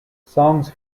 songs